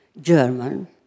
German